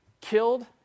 killed